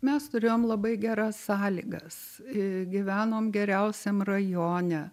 mes turėjom labai geras sąlygas i gyvenom geriausiam rajone